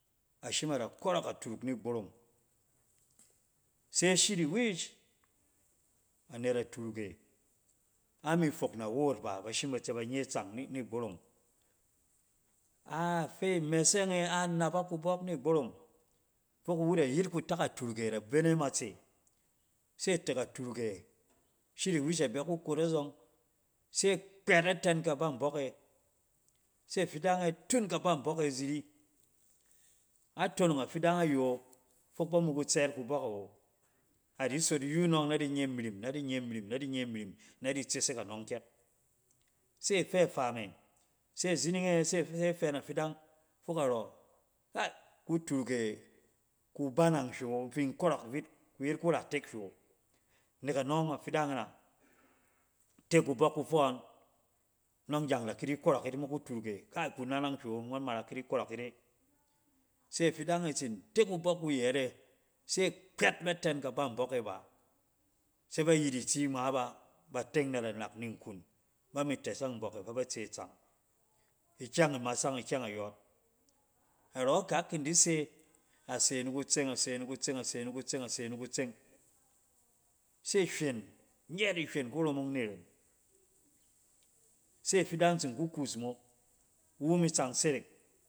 Ashim ada kɔrɔk aturuk nigborom se shiriwish anet aturuk e ami fok nawoot ba, ba shim ba tsɔ ba nye itsang ni-nigborom. Arafɛ mɛsɛnge a nabak kubɔk nighborom fok iwu da yit kutak aturuk e ada bene matse se tek aturuk e shiriwish abɛ ku kot azɔng se kpɛt atɛn ka banbɔk e, se afidang e tun kaban bɔk e ziri. A tonong a fidang ayo fok ba mi kutseet kubɔk awo. A di sot yuu nɔng na di nye mirim, na di nye mirim, na di nye mirim na di tsesek anɔng kyɛk. Se afɛ faa me se azining e, se-fe-fɛ na fidang fok arɔ ha! Kuturuk e kubanang hywe wo, in fin kɔrɔk vit, kuyet kuratek hywɛ wo. Nek anɔng, afidang in ate kubɔk kufɔɔn, nɔng gyang idaki di kɔrɔk yit mo kuturuk e kubanang hywɛ wo, in fin kɔrɔk vit, kuyet kuratek hywɛ wo. Nek anɔng, afidang in a te kubɔk kufɔɔn, nɔng gyang ida ki di kɔrɔk yit mo kuturuk e kai kunanang hywɛ wo, ngɔn mara kidi kɔrɔk yit e se afidang e tsin te kubɔk wu yɛt e se kpɛt ba tɛn kaban bɔk e ba. Se ba yit itsi ngma ba ba teng na namak ni nkun, ba mi tɛsɛng mbɔk e fɛ ba tse itsang. Ikyɔng imasang ikyɛng ayɔɔt. Arɔ kak kin di. se, ase ni kutseng ase ni kutseng, ase ni kutseng, a se ni kutseng, se ihywen, nyɛt ihywen ku romong niren, se afidang tsin ku kus mo iwu mi tsang serek